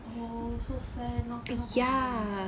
oh so sad now cannot go back